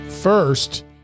First